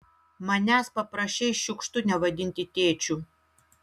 manęs paprašei šiukštu nevadinti tėčiu